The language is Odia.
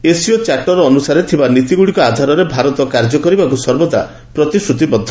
ଏସ୍ସିଓ ଚାର୍ଟର୍ ଅନୁସାରେ ଥିବା ନୀତିଗୁଡ଼ିକ ଆଧାରରେ ଭାରତ କାର୍ଯ୍ୟ କରିବାକୁ ସର୍ବଦା ପ୍ରତିଶ୍ରତିବଦ୍ଧ